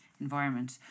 environment